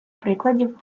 прикладів